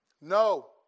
No